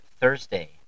Thursday